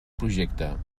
projecte